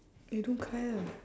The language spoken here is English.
eh don't cry lah